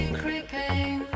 creeping